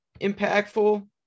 impactful